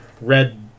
Red